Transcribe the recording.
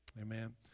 Amen